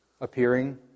appearing